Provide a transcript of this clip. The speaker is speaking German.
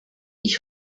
ich